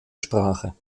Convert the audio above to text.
sprache